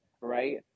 right